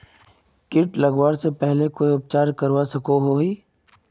किट लगवा से पहले कोई उपचार करवा सकोहो ही?